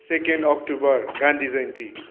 second October Gandhi Jayanti